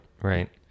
Right